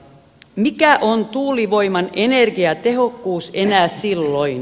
mikä on tuulivoiman energiatehokkuus enää silloin